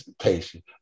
patient